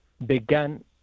began